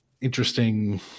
interesting